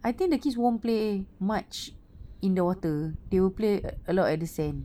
I think the kids won't play much in the water they will play a a lot at the sand